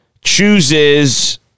chooses